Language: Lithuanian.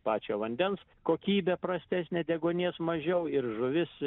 pačio vandens kokybė prastesnė deguonies mažiau ir žuvis